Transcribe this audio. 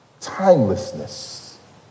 timelessness